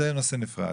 זה נושא נפרד.